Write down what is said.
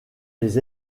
les